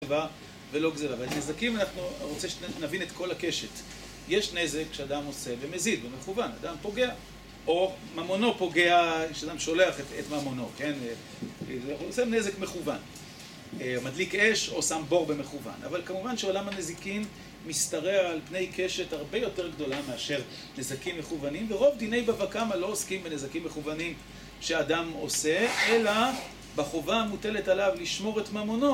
ולא גזרה. ואת נזקים אנחנו... רוצה שנבין את כל הקשת. יש נזק שאדם עושה ומזיד, במכוון. אדם פוגע, או ממונו פוגע, כשאדם שולח את ממונו, כן? הוא עושה נזק מכוון. מדליק אש או שם בור במכוון. אבל כמובן שעולם הנזיקין משתרע על פני קשת הרבה יותר גדולה מאשר נזקים מכוונים, ורוב דיני בבא קמא לא עוסקים בנזקים מכוונים שהאדם עושה, אלא בחובה המוטלת עליו לשמור את ממונו.